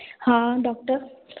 हा डॉक्टर